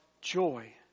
joy